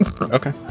Okay